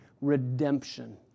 redemption